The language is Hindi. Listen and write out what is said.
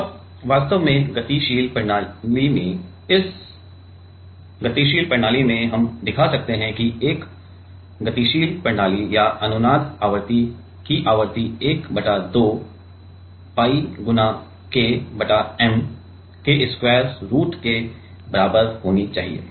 और वास्तव में गतिशील प्रणाली से इस गतिशील प्रणाली से हम दिखा सकते हैं कि एक गतिशील प्रणाली या अनुनाद आवृत्ति की आवृत्ति 1 बटा 2 pi गुणा K बटा M स्क्वायर रूट में के बराबर होनी चाहिए